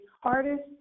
hardest